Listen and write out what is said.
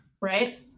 right